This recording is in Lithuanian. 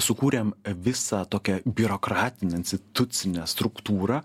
sukūrėm visą tokią biurokratinę institucinę struktūrą